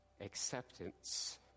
acceptance